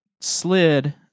slid